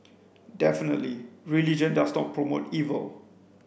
definitely religion does not promote evil